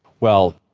well,